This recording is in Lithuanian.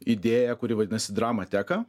idėją kuri vadinasi drama teka